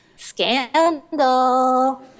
Scandal